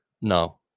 No